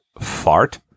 fart